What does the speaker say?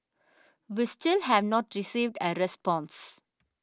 we still have not received a response